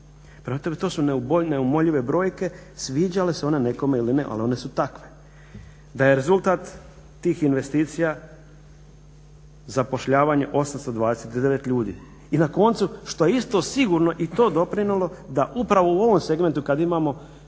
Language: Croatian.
Prema tome to su neumoljive brojke sviđale se one nekome ili ne ali one su takve. Da je rezultat tih investicija zapošljavanje 829 ljudi i na koncu što je isto sigurno i to doprinijelo da upravo u ovom segmentu kada imamo